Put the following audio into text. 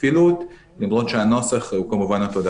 כפילות בעוד שהנוסח הוא כמובן אותו הדבר.